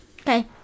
Okay